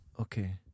Okay